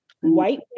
white